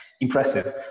impressive